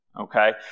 Okay